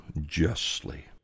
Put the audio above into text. justly